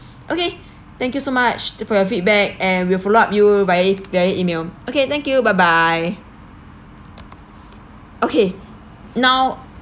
okay thank you so much for your feedback and we will follow up you via via E-mail okay thank you bye bye okay now